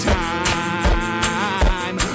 time